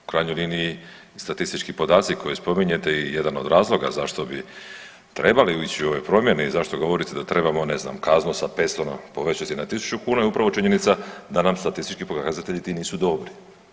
U krajnjoj liniji i statistički podaci koje spominjete i jedan od razloga zašto bi trebali ići u ove promjene i zašto govorite da trebamo ne znam kaznu sa 500 povećati na 1000 kuna i upravo činjenica da nam statistički pokazatelji ti nisu dobri.